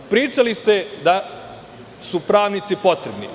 Pričali ste da su pravnici potrebni.